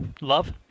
love